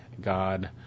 God